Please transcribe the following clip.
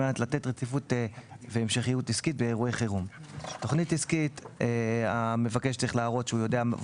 לגבי תכנית עסקית המבקש צריך להראות שהוא יודע,